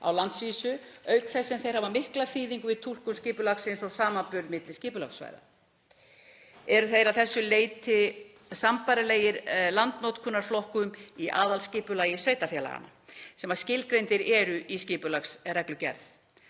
á landsvísu, auk þess sem þeir hafa mikla þýðingu við túlkun skipulagsins og samanburð milli skipulagssvæða. Eru þeir að þessu leyti sambærilegir landnotkunarflokkum í aðalskipulagi sveitarfélaganna sem skilgreindir eru í skipulagsreglugerð.